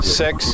six